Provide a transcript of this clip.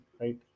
right